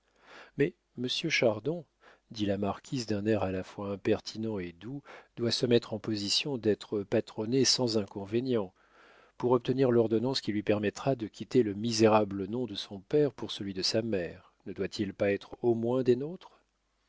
mais monsieur chardon dit la marquise d'un air à la fois impertinent et doux doit se mettre en position d'être patronné sans inconvénient pour obtenir l'ordonnance qui lui permettra de quitter le misérable nom de son père pour celui de sa mère ne doit-il pas être au moins des nôtres